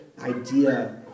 idea